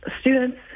students